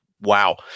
wow